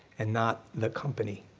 and not the company.